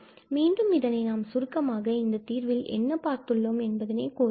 மீண்டும் நாம் இதனை சுருக்கமாக இந்த தீர்வில் என்ன பார்த்துள்ளோம் என்பதை கூறலாம்